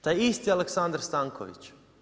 Taj isti Aleksandar Stanković.